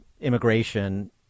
immigration